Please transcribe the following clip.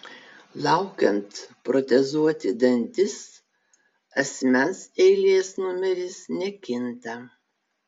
laukiant protezuoti dantis asmens eilės numeris nekinta